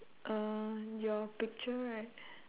um your picture right